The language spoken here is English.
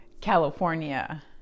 California